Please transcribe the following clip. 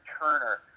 Turner